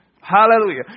Hallelujah